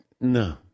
No